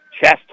chest